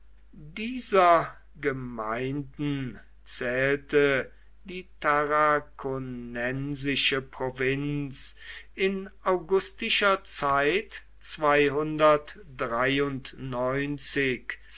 dieser gemeinden zählte die tarraconensische provinz in augustischer zeit